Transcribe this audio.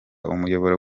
umuyoboro